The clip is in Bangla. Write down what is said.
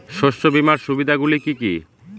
শস্য বীমার সুবিধা গুলি কি কি?